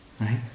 Right